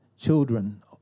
children